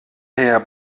herr